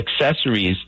accessories